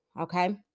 okay